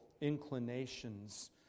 inclinations